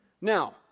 Now